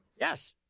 Yes